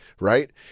right